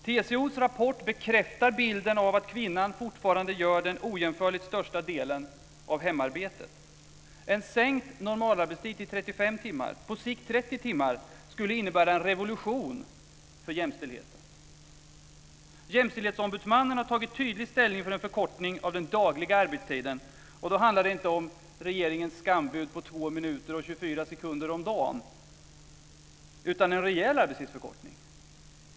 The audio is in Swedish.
TCO:s rapport bekräftar bilden av att kvinnan fortfarande gör den ojämförligt största delen av hemarbete. En sänkt normalarbetstid till 35 timmar, och på sikt 30 timmar, skulle innebära en revolution för jämställdheten. Jämställdhetsombudsmannen har tagit tydlig ställning för en förkortning av den dagliga arbetstiden, och då handlar det inte om regeringens skambud på 2 minuter och 24 sekunder om dagen utan om en rejäl arbetstidsförkortning.